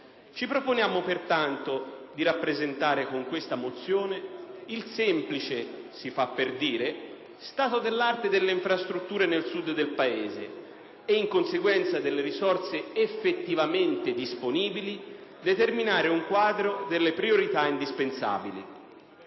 Ci proponiamo pertanto di rappresentare con questa mozione il semplice, si fa per dire, stato dell'arte delle infrastrutture nel Sud del Paese e, in conseguenza delle risorse effettivamente disponibili, determinare un quadro delle priorità indispensabili.